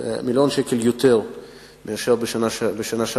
זה מיליון שקל יותר מאשר בשנה שעבר,